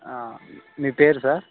మీ పేరు సార్